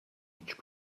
each